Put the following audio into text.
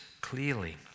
Clearly